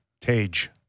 Tage